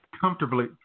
comfortably